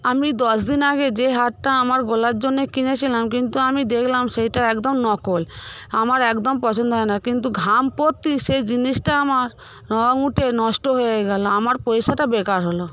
আমি দশ দিন আগে যে হারটা আমার গলার জন্যে কিনেছিলাম কিন্তু আমি দেখলাম সেইটা একদম নকল আমার একদম পছন্দ হয় না কিন্তু ঘাম পরতে সে জিনিসটা আমার রঙ উঠে নষ্ট হয়ে গেল আমার পয়সাটা বেকার হল